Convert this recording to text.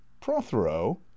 prothero